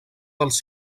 dels